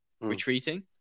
retreating